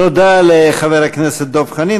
תודה רבה לחבר הכנסת דב חנין.